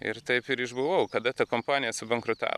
ir taip ir išbuvau kada ta kompanija subankrutavo